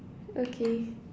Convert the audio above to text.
okay